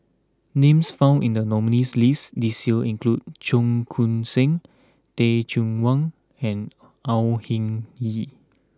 names found in the nominees' list this year include Cheong Koon Seng Teh Cheang Wan and Au Hing Yee